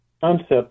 concept